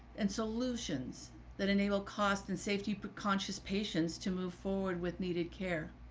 and solutions that enable costs and safety but conscious patients to move forward with needed care.